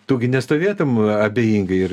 tu gi nestovėtum abejingai ir